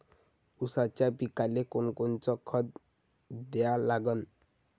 ऊसाच्या पिकाले कोनकोनचं खत द्या लागन?